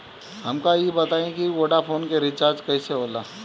हमका ई बताई कि वोडाफोन के रिचार्ज कईसे होला?